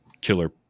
killer